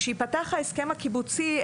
כשייפתח ההסכם הקיבוצי,